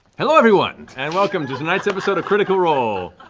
hello, everyone, and welcome to tonight's episode of critical role,